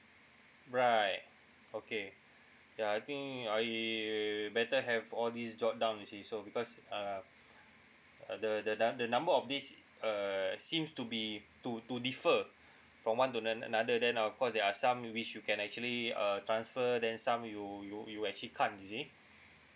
right okay ya I think I better have all these jot down you see so because uh uh the the num~ the number of this err seems to be to to differ from one to ano~ another then of course there are some which you can actually uh transfer then some you you you actually can't you see